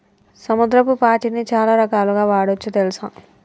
సముద్రపు పాచిని చాలా రకాలుగ వాడొచ్చు తెల్సా